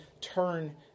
turn